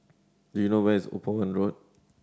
do you know where is Upavon Road